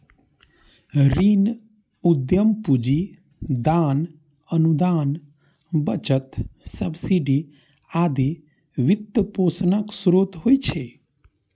ऋण, उद्यम पूंजी, दान, अनुदान, बचत, सब्सिडी आदि वित्तपोषणक स्रोत होइ छै